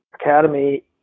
academy